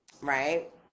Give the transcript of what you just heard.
right